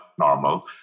normal